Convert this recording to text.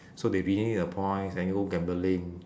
so they redeem the points then go gambling